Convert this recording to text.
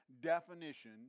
definition